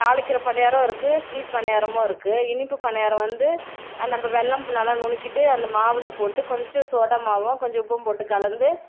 தாளிக்கிற பனியாரம் இருக்குது ஸ்வீட் பனியாரமும் இருக்குது இனிப்பு பனியாரம் வந்து அது நம்ம வெள்ளம் நல்லா நுனிக்கிட்டு அந்த மாவில் போட்டு கொஞ்சம் சோடா மாவும் கொஞ்சம் உப்பும் போட்டு கலந்து